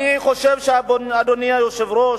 אני חושב, אדוני היושב-ראש,